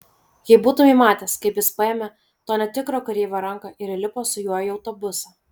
jei būtumei matęs kaip jis paėmė to netikro kareivio ranką ir įlipo su juo į autobusą